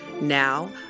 Now